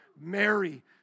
Mary